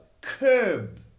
curb